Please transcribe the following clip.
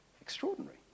extraordinary